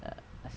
uh